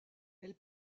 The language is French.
elle